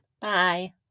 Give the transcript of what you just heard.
bye